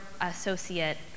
associate